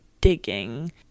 digging